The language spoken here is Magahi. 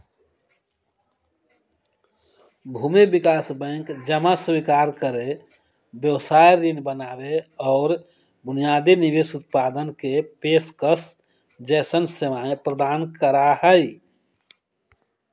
भूमि विकास बैंक जमा स्वीकार करे, व्यवसाय ऋण बनावे और बुनियादी निवेश उत्पादन के पेशकश जैसन सेवाएं प्रदान करा हई